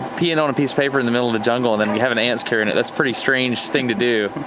peeing on a piece of paper in the middle of the jungle and then you have an ant's carrying it, that's pretty strange thing to do.